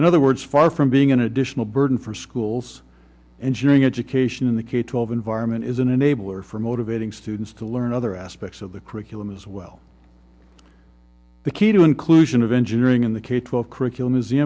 in other words far from being an additional burden for schools engineering education in the kate twelve environment is an enabler for motivating students to learn other aspects of the curriculum as well the key to inclusion of engineering in the kate twelve curriculum is the